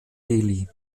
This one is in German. delhi